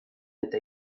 eta